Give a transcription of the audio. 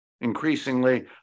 increasingly